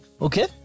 okay